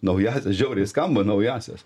naująsias žiauriai skamba naująsias